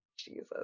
Jesus